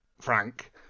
Frank